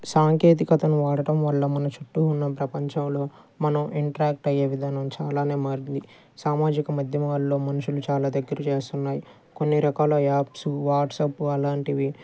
సాంకేతికతను వాడడం వల్ల మన చుట్టూ ఉన్న ప్రపంచంలో మనం ఇంటరాక్ట్ అయ్యే విధానం చాలానే మారింది సామాజిక మధ్యమాల్లో మనుషులు చాలా దగ్గర చేస్తున్నాయి కొన్ని రకాల యాప్సు వాట్సాపు అలాంటివి